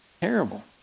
Terrible